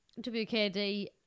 WKD